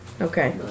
Okay